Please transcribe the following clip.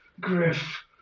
Griff